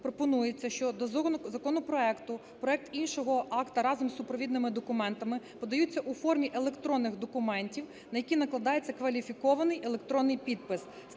пропонується, що до законопроекту проект іншого акту разом з супровідними документами подаються у формі електронних документів, на які накладається кваліфікований електронний підпис,